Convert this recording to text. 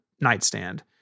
nightstand